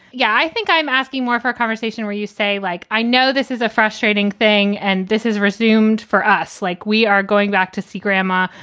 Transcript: yeah i think i'm asking more of our conversation where you say, like, i know this is a frustrating thing and this is resumed for us. like we are going back to see grandma.